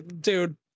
dude